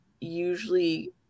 usually